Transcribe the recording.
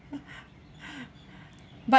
but